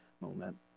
moment